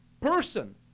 person